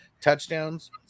touchdowns